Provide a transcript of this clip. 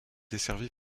desservi